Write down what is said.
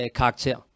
karakter